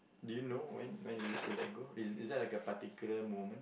do you know when when it is to let go is is that like a particular moment